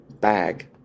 bag